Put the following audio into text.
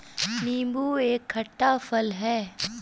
नीबू एक खट्टा फल है